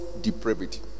depravity